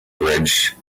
bridge